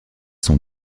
sont